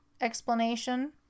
explanation